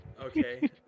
Okay